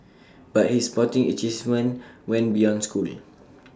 but his sporting achievements went beyond school